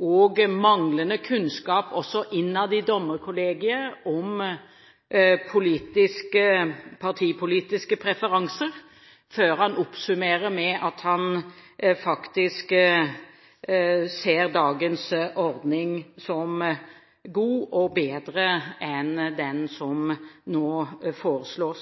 og manglende kunnskap innad i dommerkollegiet om partipolitiske preferanser, før han oppsummerer med at han faktisk ser dagens ordning som god, og bedre enn den som nå